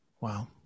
Wow